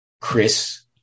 Chris